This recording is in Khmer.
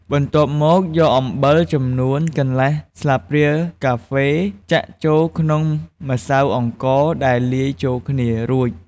បន្ទាប់មក យកអំបិលចំនួន កន្លះស្លាបព្រាកាហ្វេចាក់ចូលក្នុងម្សៅអង្ករដែលលាយចូលគ្នារួច។